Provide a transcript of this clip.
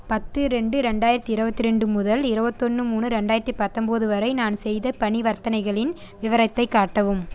பத்து ரெண்டு ரெண்டாயிரத்து இருபத்ரெண்டு முதல் இருபத்தொன்னு மூணு ரெண்டாயிரத்து பத்தொம்பது வரை நான் செய்த பனிவர்த்தனைகளின் விவரத்தை காட்டவும்